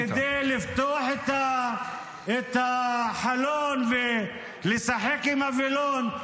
-- כדי לפתוח את החלון ולשחק עם הווילון.